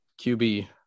QB